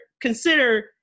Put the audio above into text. consider